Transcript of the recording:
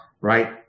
right